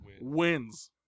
Wins